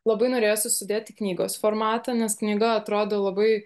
labai norėjosi sudėt į knygos formatą nes knyga atrodo labai